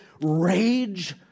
rage